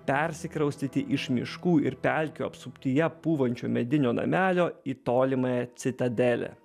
persikraustyti iš miškų ir pelkių apsuptyje pūvančio medinio namelio į tolimąją citadelę